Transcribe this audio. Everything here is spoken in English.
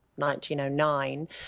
1909